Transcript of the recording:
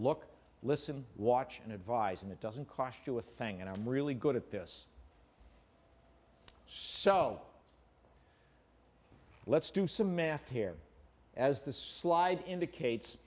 look listen watch and advise and it doesn't cost you a thing and i'm really good at this so let's do some math here as the slide indicates